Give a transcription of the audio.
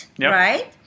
right